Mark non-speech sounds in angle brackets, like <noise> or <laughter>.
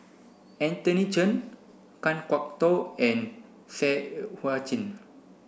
Anthony Chen Kan Kwok Toh and Seah <unintelligible> Chin